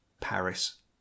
Paris